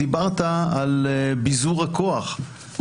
דיברת על ביזור הכוח,